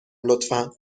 لطفا